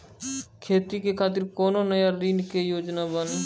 खेती के खातिर कोनो नया ऋण के योजना बानी?